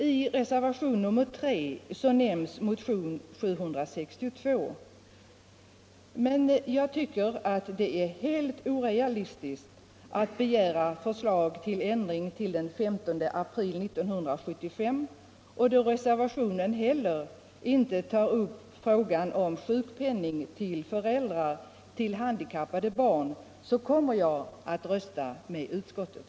I reservationen 3 nämns motionen 762, men jag tycker att det är helt orealistiskt att begära förslag till ändring till den 15 april 1975, och då reservationen heller inte tar upp frågan om sjukpenning till föräldrar till handikappade barn, kommer jag att rösta med utskottet.